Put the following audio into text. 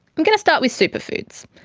i'm gonna start with superfoods,